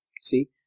See